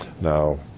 Now